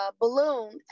balloon